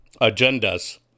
agendas